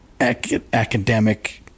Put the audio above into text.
academic